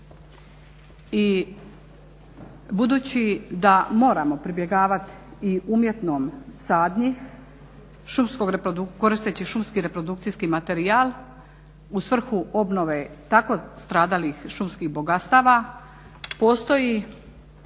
I budući da moramo pribjegavati i umjetnom sadnji, šumskog, koristeći šumski reprodukcijski materijal u svrhu obnove tako stradalih šumskih bogatstava postoji